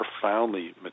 profoundly